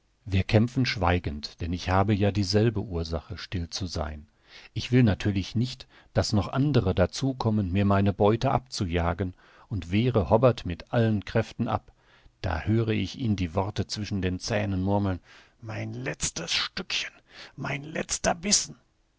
wir kämpfen schweigend denn ich habe ja dieselbe ursache still zu sein ich will natürlich nicht daß noch andere dazukommen mir meine beute abzujagen und wehre hobbart mit allen kräften ab da höre ich ihn die worte zwischen den zähnen murmeln mein letztes stückchen mein letzter bissen